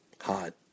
Hot